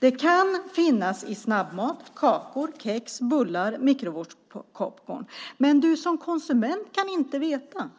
Det kan finnas i snabbmat, kakor, kex, bullar, mikrovågspopcorn. Men du som konsument kan inte veta.